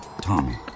Tommy